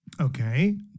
okay